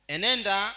Enenda